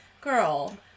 girl